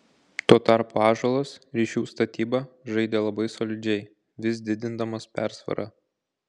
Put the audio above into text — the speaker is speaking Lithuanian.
tuo tarpu ąžuolas ryšių statyba žaidė labai solidžiai vis didindamas persvarą